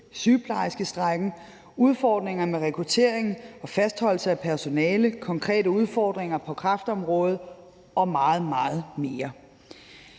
sygeplejerskestrejken, udfordringer med rekruttering og fastholdelse af personale, konkrete udfordringer på kræftområdet og meget, meget mere.